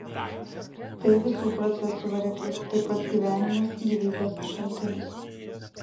tai visų procesų variklis tai pats gyvenimas gyvybės šaltinis